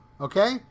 okay